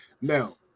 Now